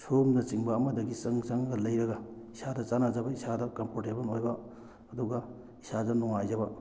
ꯁꯣ ꯔꯨꯝꯅꯆꯤꯡꯕ ꯑꯃꯗꯒꯤ ꯆꯪ ꯆꯪꯉꯒ ꯂꯩꯔꯒ ꯏꯁꯥꯗ ꯆꯥꯟꯅꯖꯕ ꯏꯁꯥꯗ ꯀꯝꯐꯣꯔꯇꯦꯕꯜ ꯑꯣꯏꯕ ꯑꯗꯨꯒ ꯏꯁꯥꯗ ꯅꯨꯡꯉꯥꯏꯖꯕ